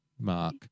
mark